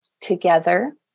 together